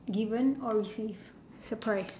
given or receive surprise